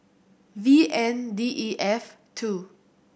V N D E F two